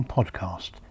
Podcast